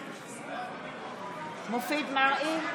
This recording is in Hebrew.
בהצבעה מופיד מרעי,